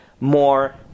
more